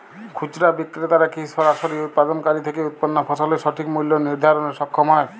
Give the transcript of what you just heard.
খুচরা বিক্রেতারা কী সরাসরি উৎপাদনকারী থেকে উৎপন্ন ফসলের সঠিক মূল্য নির্ধারণে সক্ষম হয়?